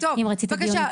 אם רצית דיון מקצועי.